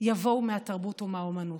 יבואו מהתרבות ומהאומנות.